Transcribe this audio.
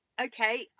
okay